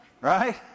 Right